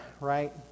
right